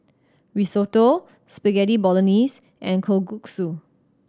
Risotto Spaghetti Bolognese and Kalguksu